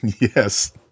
Yes